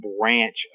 branch